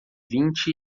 vinte